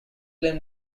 claim